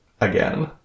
again